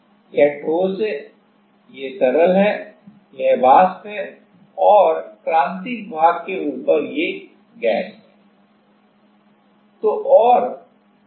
यह ठोस है यह तरल है यह वाष्प है और क्रांतिक भाग के ऊपर यह गैस है